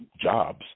jobs